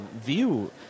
view